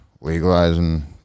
legalizing